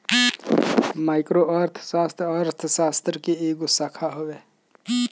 micro अर्थशास्त्र, अर्थशास्त्र के एगो शाखा हवे